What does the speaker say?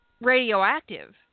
radioactive